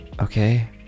okay